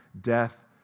death